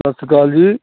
ਸਤਿ ਸ਼੍ਰੀ ਅਕਾਲ ਜੀ